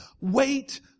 Wait